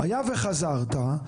היה וחזרת,